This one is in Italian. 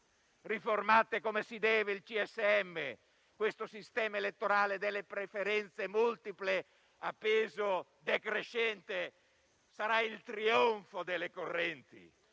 Riformate come si deve il CSM: questo sistema elettorale delle preferenze multiple, a peso decrescente, sarà il trionfo delle correnti